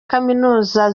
kaminuza